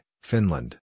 Finland